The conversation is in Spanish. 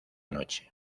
noche